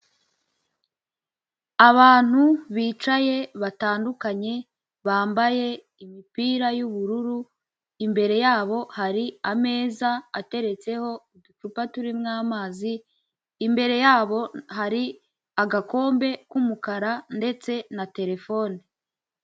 Abantu bicaye batandukanye bambaye imipira y'ubururu imbere yabo hari ameza ateretseho uducupa turirimo amazi imbere yabo hari agakombe k'umukara ndetse na terefone.